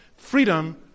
freedom